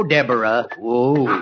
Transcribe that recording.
Deborah